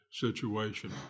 situation